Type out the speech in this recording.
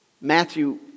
Matthew